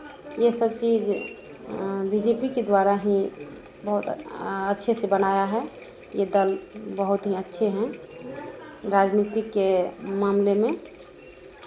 ये सब चीज़ बी जे पी के द्वारा ही बहुत अच्छे से बनाया है ये दल बहुत ही अच्छे हैं राजनीति के मामले में